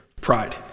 pride